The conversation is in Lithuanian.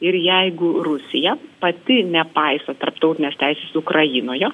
ir jeigu rusija pati nepaiso tarptautinės teisės ukrainoje